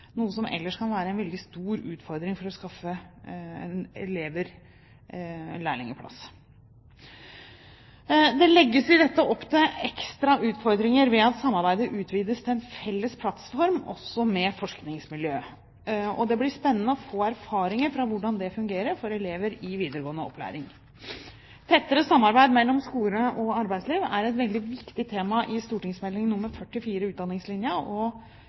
noe det ellers kan være en veldig stor utfordring å skaffe nok av. Det legges i dette opp til ekstra utfordringer ved at samarbeidet utvides til en felles plattform også med forskningsmiljø. Det blir spennende å få erfaringer fra hvordan det fungerer for elever i videregående opplæring. Tettere samarbeid mellom skole og arbeidsliv er et veldig viktig tema i St.meld. nr. 44 for 2008–2009, Utdanningslinja.